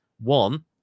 One